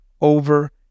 over